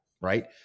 right